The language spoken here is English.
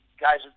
Guys